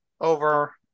Over